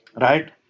right